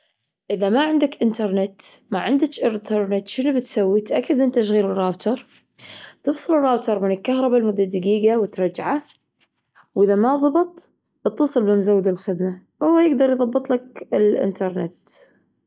اذا ما عندك إنترنت ما عندش إنترنت شنو بتسوي؟ تأكد من تشغيل الراوتر. تفصل الراوتر من الكهرباء لمده دجيجة وترجعه وإذا ما ظبط إتصل بمزود الخدمة، هو يقدر يضبط لك الإنترنت.